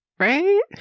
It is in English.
Right